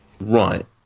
Right